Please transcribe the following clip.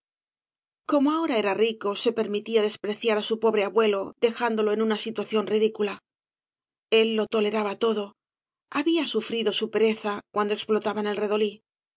como ahora era rico se permitía despre ciar á su pobre abuelo dejándolo en una situación ridicula el lo toleraba todo había sufrido eu pereza cuando explotaban